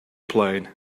plane